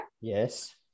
yes